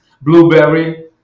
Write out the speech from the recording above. blueberry